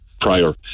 prior